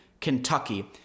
Kentucky